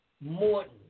Morton